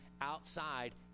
outside